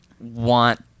want